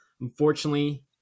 Unfortunately